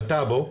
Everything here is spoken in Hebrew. בטאבו,